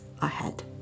ahead